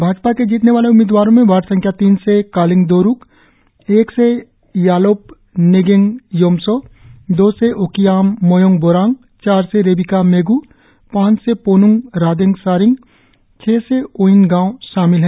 भाजपा के जीतने वाले उम्मीदवारों में वार्ड संख्या तीन से कालिंग दोरुक एक से यालोप न्यिगंग योमसो दो से ओकियाम मोयोंग बोरांग चार से रेबिका मेगू पांच से पोन्ंग रादेंग सारिंग छह से ओयिन गाव शामिल है